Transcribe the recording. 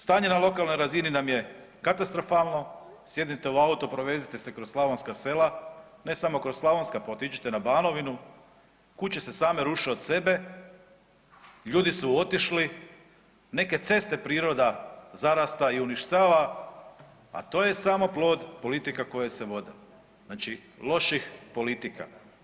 Stanje na lokalnoj razini nam je katastrofalno, sjednite u auto, provezite se kroz slavonska sela, ne samo kroz slavonska, pa otiđite na Banovinu, kuće se same ruše od sebe, ljudi su otišli, neke ceste priroda zarasta i uništava, a to je samo plod politika koje se vode, znači loših politika.